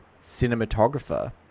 cinematographer